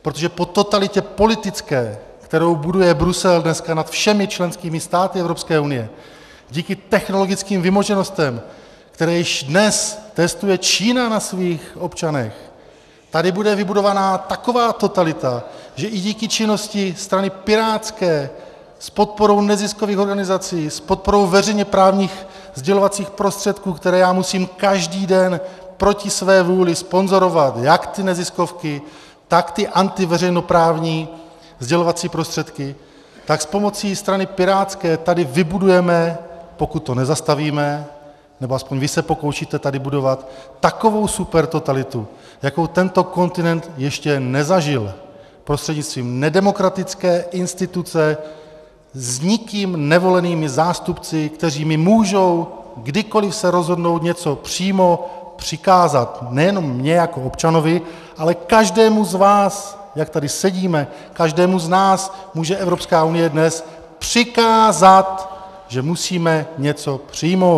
Protože po totalitě politické, kterou buduje Brusel dneska nad všemi členskými státy Evropské unie, díky technologickým vymoženostem, které již dnes testuje Čína na svých občanech, tady bude vybudovaná taková totalita, že i díky činnosti strany pirátské s podporou neziskových organizací, s podporou veřejnoprávních sdělovacích prostředků, které já musím každý den proti své vůli sponzorovat, jak ty neziskovky, tak ty antiveřejnoprávní sdělovací prostředky, tak s pomocí strany pirátské tady vybudujeme, pokud to nezastavíme, nebo aspoň vy se pokoušíte tady budovat takovou supertotalitu, jakou tento kontinent ještě nezažil, prostřednictvím nedemokratické instituce s nikým nevolenými zástupci, kteří mi můžou, kdykoli se rozhodnou, něco přímo přikázat, nejenom mně jako občanovi, ale každému z vás, jak tady sedíme, každému z nás může Evropská unie dnes přikázat, že musíme něco přijmout.